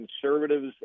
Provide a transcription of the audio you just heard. conservatives